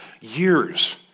years